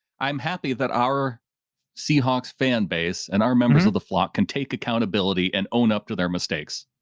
i'm happy that our seahawks fan base and our members of the flock can take accountability and own up to their mistakes.